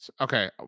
okay